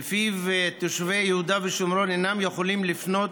שלפיו תושבי יהודה ושומרון אינם יכולים לפנות